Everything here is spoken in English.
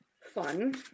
fun